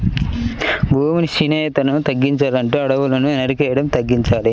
భూమి క్షీణతని తగ్గించాలంటే అడువుల్ని నరికేయడం తగ్గించాలి